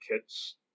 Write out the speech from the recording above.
kits